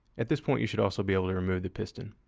at this point, you should also be able to remove the piston.